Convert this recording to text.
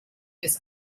bis